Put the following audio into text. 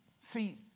See